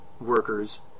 workers